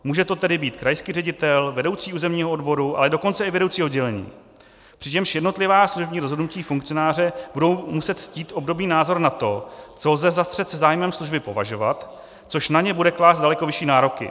Může to tedy být krajský ředitel, vedoucí územního odboru, ale dokonce i vedoucí oddělení, přičemž jednotlivá služební rozhodnutí funkcionáře budou muset ctít obdobný názor na to, co lze za střet se zájmem služby považovat, což na ně bude klást daleko vyšší nároky.